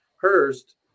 Hurst